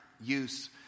use